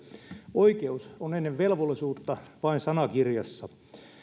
oikeus on ennen velvollisuutta vain sanakirjassa